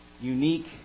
unique